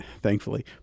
thankfully